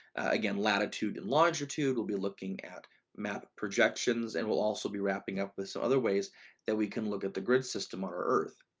again, latitude and longitude, we'll be looking at map projections and we'll also be wrapping up with some other ways that we can look at the grid system on earth.